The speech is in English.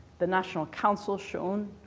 the national council, sha'oun,